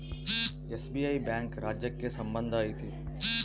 SBI bank ರಾಜ್ಯಕ್ಕೆ ಸಂಬಂಧ ಐತಿ